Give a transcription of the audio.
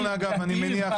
דתיים,